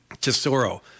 Tesoro